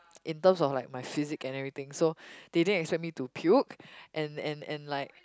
in terms of like my physic and everything so they didn't expect me to puke and and and like